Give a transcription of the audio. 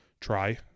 try